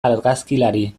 argazkilari